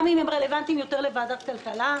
אם הם רלוונטיים יותר לוועדת הכלכלה.